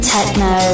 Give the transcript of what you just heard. Techno